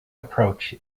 approach